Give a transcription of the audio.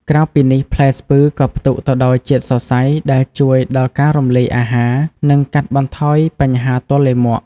ក្រៅពីនេះ ផ្លែស្ពឺក៏ផ្ទុកទៅដោយជាតិសរសៃ ដែលជួយដល់ការរំលាយអាហារ និងកាត់បន្ថយបញ្ហាទល់លាមក។